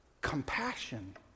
compassion